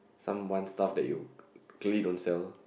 some want stuff that you clearly don't sell